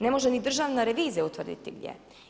Ne može ni Državna revizija utvrditi gdje.